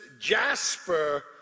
jasper